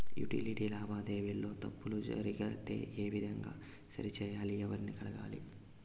Utility లావాదేవీల లో తప్పులు జరిగితే ఏ విధంగా సరిచెయ్యాలి? ఎవర్ని కలవాలి?